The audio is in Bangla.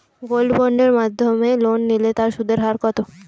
গোল্ড বন্ডের মাধ্যমে লোন নিলে তার সুদের হার কত?